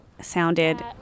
sounded